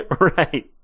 Right